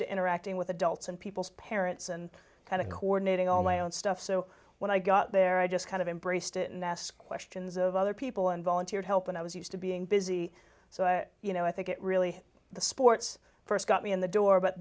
to interacting with adults and people's parents and kind of coordinating all my own stuff so when i got there i just kind of embraced it and ask questions of other people and volunteer to help and i was used to being busy so i you know i think it really the sports st got me in the door but